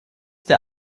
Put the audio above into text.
der